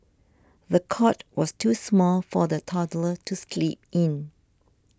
the cot was too small for the toddler to sleep in